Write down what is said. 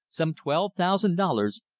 some twelve thousand dollars,